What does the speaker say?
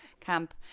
camp